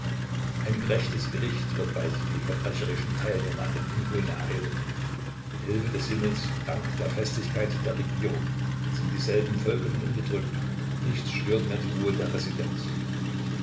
ein gerechtes gericht wird bald die verbrecherischen teilnehmer an den unruhen ereilen mit hilfe des himmels und dank der festigkeit der regierung sind dieselben vollkommen unterdrückt nichts stört mehr die ruhe der residenz